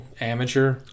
amateur